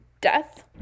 death